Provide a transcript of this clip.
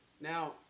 Now